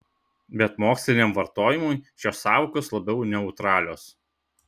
bet moksliniam vartojimui šios sąvokos labiau neutralios